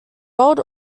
world